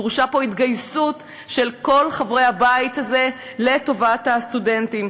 דרושה פה התגייסות של כל חברי הבית הזה לטובת הסטודנטים.